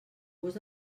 gust